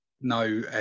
no